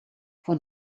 von